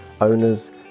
owners